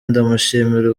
ndamushimira